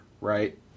right